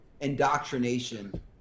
indoctrination